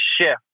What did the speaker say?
shift